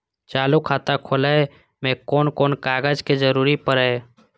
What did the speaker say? चालु खाता खोलय में कोन कोन कागज के जरूरी परैय?